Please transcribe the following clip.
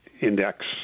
Index